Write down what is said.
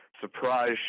surprise